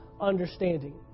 understanding